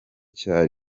cya